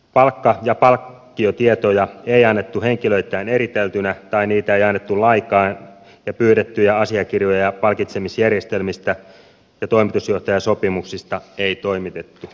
palkka ja palkkiotietoja ei annettu henkilöittäin eriteltyinä tai niitä ei annettu lainkaan ja pyydettyjä asiakirjoja palkitsemisjärjestelmistä ja toimitusjohtajasopimuksesta ei toimitettu